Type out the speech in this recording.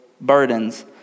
burdens